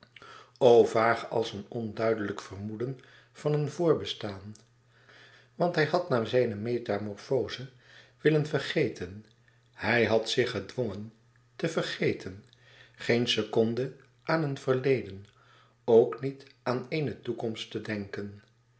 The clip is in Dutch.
vaag als een onduidelijk vermoeden van een voorbestaan want hij had na zijne metamorfoze willen vergeten hij had zich gedwongen te vergeten geen seconde aan een verleden ook niet aan eene toekomst te denken